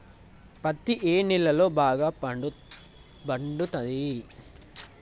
పత్తి ఏ నేలల్లో బాగా పండుతది?